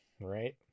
right